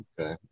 Okay